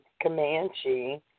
Comanche